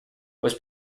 was